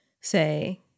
say